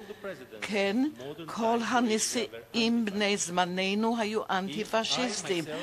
כן, כל הנשיאים בני זמננו היו אנטי-פאשיסטים.